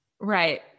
Right